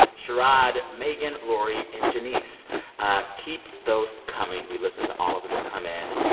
sherrod, megan, lori and janice ah keep those coming. we listen to all of them that come in.